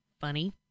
funny